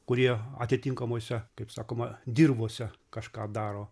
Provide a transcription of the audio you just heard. kurie atitinkamuose kaip sakoma dirvose kažką daro